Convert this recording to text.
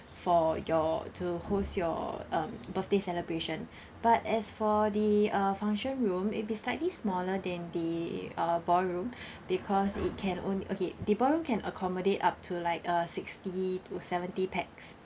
for your to host your um birthday celebration but as for the uh function room it will be slightly smaller than the uh ballroom because it can only okay the ballroom can accommodate up to like a sixty to seventy pax